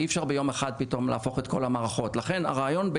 הרי אי אפשר ביום אחד פתאום להפוך את כל המערכות.